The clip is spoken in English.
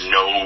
no